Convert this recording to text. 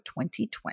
2020